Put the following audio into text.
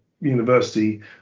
University